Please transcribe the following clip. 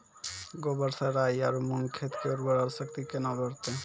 गोबर से राई आरु मूंग खेत के उर्वरा शक्ति केना बढते?